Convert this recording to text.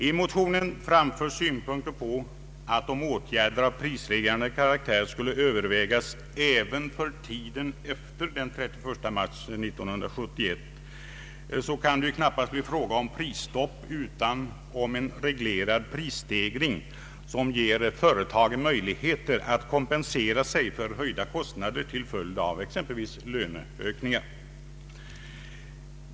I motionen framförs synpunkter på att om åtgärder av prisreglerande karaktär skulle övervägas även för tiden efter den 31 mars 1971, så kan det knappast bli fråga om prisstopp utan om en reglerad prisstegring, som ger företagen möjligheter att kompensera sig för höjda kostnader till följd av exempelvis löneökningar.